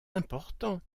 important